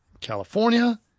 California